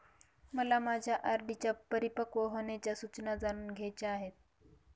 मला माझ्या आर.डी च्या परिपक्व होण्याच्या सूचना जाणून घ्यायच्या आहेत